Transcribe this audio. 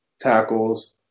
tackles